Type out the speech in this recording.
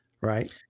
right